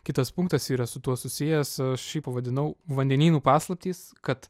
kitas punktas yra su tuo susijęs aš jį pavadinau vandenynų paslaptys kad